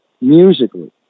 musically